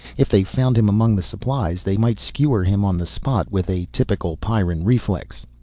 if they found him among the supplies, they might skewer him on the spot with a typical pyrran reflex.